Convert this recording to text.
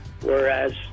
Whereas